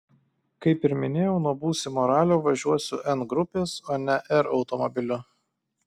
kaip ir minėjau nuo būsimo ralio važiuosiu n grupės o ne r automobiliu